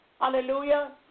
hallelujah